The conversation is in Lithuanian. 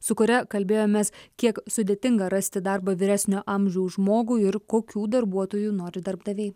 su kuria kalbėjomės kiek sudėtinga rasti darbą vyresnio amžiaus žmogui ir kokių darbuotojų nori darbdaviai